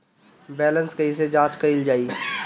Balance कइसे जांच कइल जाइ?